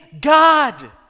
God